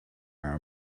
are